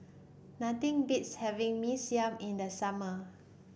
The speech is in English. nothing beats having Mee Siam in the summer